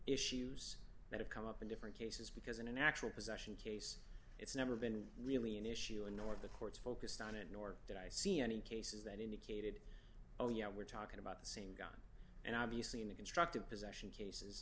issues that have come up in different cases because in an actual possession case it's never been really an issue and nor the courts focused on it nor did i see any cases that indicated oh yeah we're talking about the same guy and obviously in a constructive possession